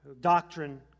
doctrine